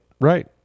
right